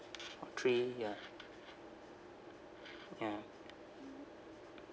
or three ya ya